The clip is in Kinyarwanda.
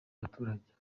abaturage